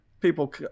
people